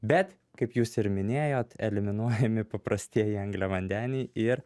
bet kaip jūs ir minėjot eliminuojami paprastieji angliavandeniai ir